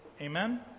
Amen